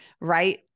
right